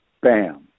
Bam